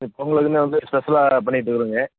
இந்த பொங்கலுக்குன்னு வந்து ஸ்பெஷலாக பண்ணிட்ருக்கிறோங்க